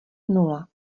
nula